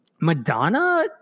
Madonna